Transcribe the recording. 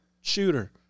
shooter